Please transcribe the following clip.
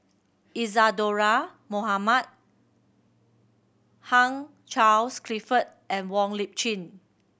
Isadhora Mohamed Hugh Charles Clifford and Wong Lip Chin